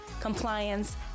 compliance